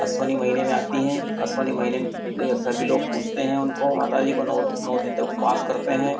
अश्वनी महीने में आती हैं अश्वनी महीने में सभी लोग पूजते हैं उनको माता जी को नौ नौ दिन तक उपवास करते हैं